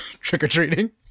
trick-or-treating